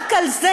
רק על זה